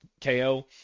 KO